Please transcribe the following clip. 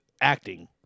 acting